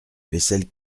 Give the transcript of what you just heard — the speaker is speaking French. vaisselle